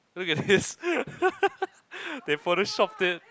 look at this they photoshopped it